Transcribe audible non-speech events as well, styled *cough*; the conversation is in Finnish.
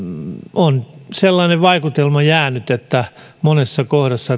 on sellainen vaikutelma jäänyt että monessa kohdassa *unintelligible*